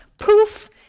poof